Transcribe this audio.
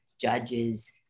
judges